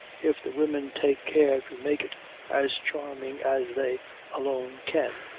if the women take care to make it as charming as they alone can,